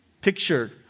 picture